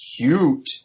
cute